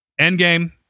Endgame